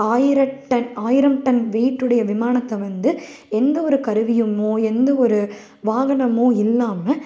ஆயிரம் டன் ஆயிரம் ton weight உடைய விமானத்தை வந்து எந்த ஒரு கருவியும் எந்த ஒரு வாகனமுமோ இல்லாமல்